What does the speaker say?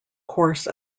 course